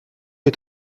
est